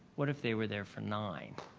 what if they were there for nine?